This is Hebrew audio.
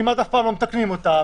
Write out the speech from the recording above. כמעט אף פעם לא מתקנים אותן,